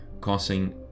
causing